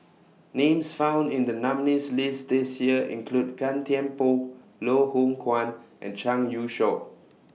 Names found in The nominees' list This Year include Gan Thiam Poh Loh Hoong Kwan and Zhang Youshuo